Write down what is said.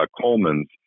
Coleman's